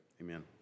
amen